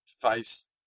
face